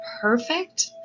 perfect